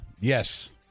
Yes